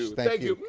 thank you.